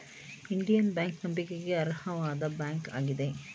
Indian bank ನಂಬಿಕೆಗೆ ಅರ್ಹವಾದ bank ಆಗಿದೆ